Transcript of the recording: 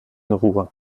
ruhr